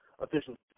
efficiency